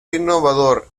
innovador